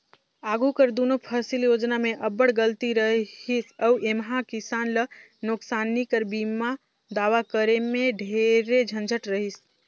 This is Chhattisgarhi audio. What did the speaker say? आघु कर दुनो फसिल योजना में अब्बड़ गलती रहिस अउ एम्हां किसान ल नोसकानी कर बीमा दावा करे में ढेरे झंझट रहिस